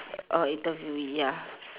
orh interviewee ya